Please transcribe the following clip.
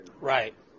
Right